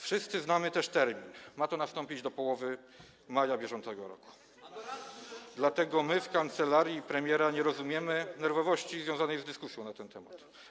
Wszyscy znamy też termin: ma to nastąpić do połowy maja br., dlatego w kancelarii premiera nie rozumiemy nerwowości związanej z dyskusją na ten temat.